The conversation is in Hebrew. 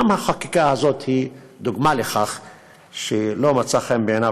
גם החקיקה הזאת היא דוגמה לכך שלא מצא חן בעיניו